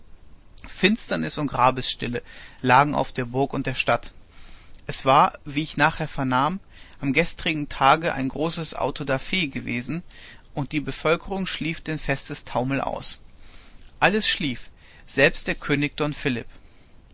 finsternis und grabesstille lagen auf der burg und der stadt es war wie ich nachher vernahm am gestrigen tage ein großes autodaf gewesen und die bevölkerung schlief den festestaumel aus alles schlief selbst der könig don philipp